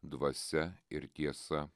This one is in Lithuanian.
dvasia ir tiesa